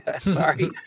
Sorry